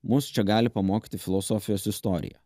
mus čia gali pamokyti filosofijos istorija